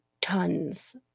tons